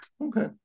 okay